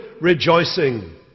rejoicing